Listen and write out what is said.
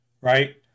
right